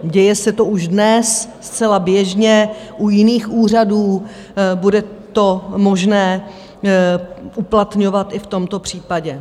Děje se to už dnes zcela běžně u jiných úřadů, bude to možné uplatňovat i v tomto případě.